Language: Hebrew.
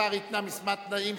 השר התנה כמה תנאים,